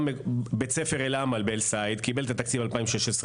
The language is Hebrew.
בית ספר אל עמל באל סעיד קיבל את התקציב ב-2016.